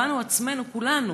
בנו עצמנו כולנו.